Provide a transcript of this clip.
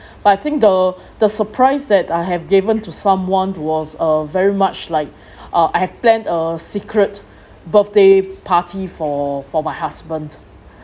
but I think the the surprise that I have given to someone was a very much like uh I have planned a secret birthday party for for my husband